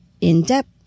in-depth